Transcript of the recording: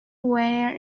where